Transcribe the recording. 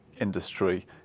industry